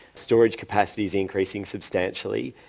storage capacities increasing substantially,